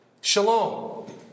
Shalom